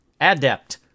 adept